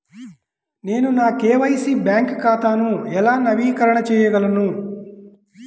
నేను నా KYC bank ఖాతాను ఎలా నవీకరణ చేయగలను?